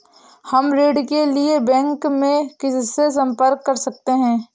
हम ऋण के लिए बैंक में किससे संपर्क कर सकते हैं?